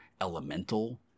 elemental